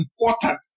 important